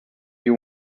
you